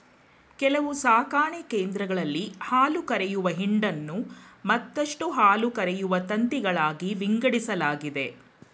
ಕೆಲವು ಸಾಕಣೆ ಕೇಂದ್ರಗಳಲ್ಲಿ ಹಾಲುಕರೆಯುವ ಹಿಂಡನ್ನು ಮತ್ತಷ್ಟು ಹಾಲುಕರೆಯುವ ತಂತಿಗಳಾಗಿ ವಿಂಗಡಿಸಲಾಗಿದೆ